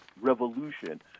revolution